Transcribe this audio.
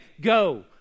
Go